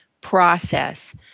process